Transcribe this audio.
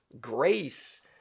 grace